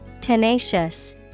Tenacious